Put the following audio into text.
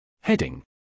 Heading